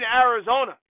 Arizona